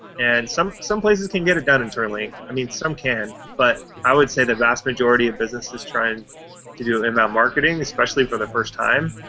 and some some places can get it done internally. i mean, some can. can. but i would say the vast majority of businesses trying to do inbound marketing, especially for the first time,